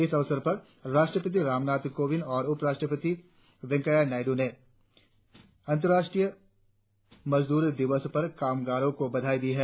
इस अवसर पर राष्ट्रपति रामनाथ कोविंद और उप राष्ट्रपति वेंकैया नायडू ने अंतर्राष्ट्रीय मजदूर दिवस पर कामगारों को बधाई दी है